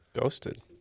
ghosted